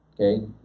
okay